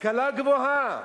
השכלה גבוהה?